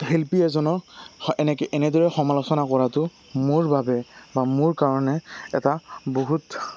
শিল্পী এজনক এনেকে এনেদৰে সমালোচনা কৰাটো মোৰ বাবে বা মোৰ কাৰণে এটা বহুত